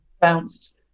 bounced